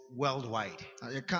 worldwide